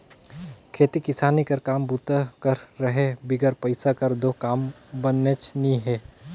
खेती किसानी कर काम बूता कर रहें बिगर पइसा कर दो काम बननेच नी हे